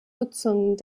nutzung